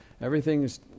Everything's